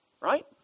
right